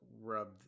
rubbed